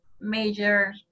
major